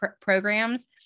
programs